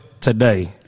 today